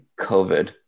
COVID